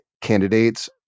candidates